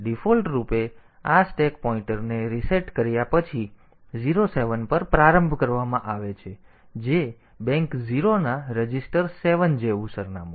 તેથી ડિફૉલ્ટ રૂપે આ સ્ટેક પોઇન્ટરને રીસેટ કર્યા પછી 07 પર પ્રારંભ કરવામાં આવે છે જે બેંક 0 ના રજિસ્ટર 7 જેવું સરનામું છે